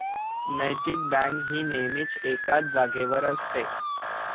नैतिक बँक ही नेहमीच एकाच जागेवर असते